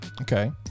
okay